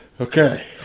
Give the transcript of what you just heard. Okay